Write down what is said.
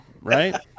right